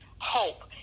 hope